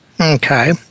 Okay